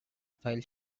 file